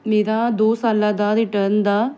ਮੇਰਾ ਦੋ ਸਾਲਾਂ ਦਾ ਰਿਟਰਨ ਦਾ